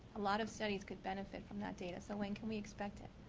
a lot of studies could benefit from that data. so when can we expect it?